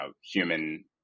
human